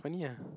funny ah